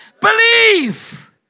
Believe